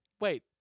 wait